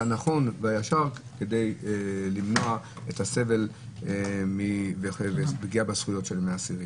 הנכון והישר כדי למנוע את הסבל ופגיעה בזכויות של אסירים.